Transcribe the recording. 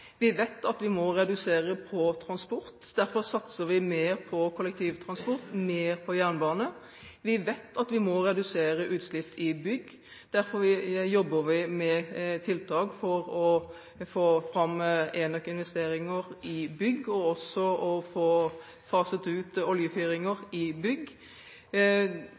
Vi vet at vi må redusere på transport. Derfor satser vi mer på kollektivtransport, mer på jernbane. Vi vet at vi må redusere utslipp i bygg. Derfor jobber vi med tiltak for å få fram enøkinvesteringer i bygg og få faset ut oljefyring i bygg.